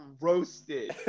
roasted